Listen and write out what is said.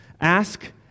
ask